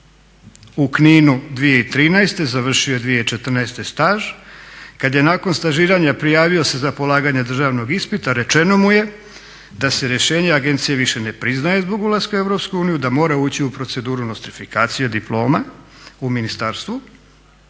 u Kninu 2013.završio je 2014.staž, kada je nakon stažiranja prijavio se za polaganje državnog ispita rečeno mu je da se rješenje agencije više ne priznaje zbog ulaska u EU, da mora ući u proceduru nostrifikacije diploma u ministarstvu